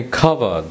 cover